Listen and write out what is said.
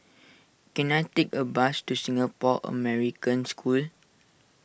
can I take a bus to Singapore American School